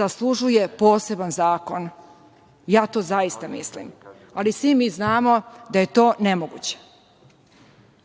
zaslužuje poseban zakon, ja to zaista mislim, ali svi mi znamo da je to nemoguće. Moja